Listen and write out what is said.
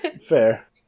Fair